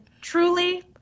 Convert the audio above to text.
truly